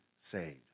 saved